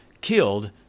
killed